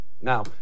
now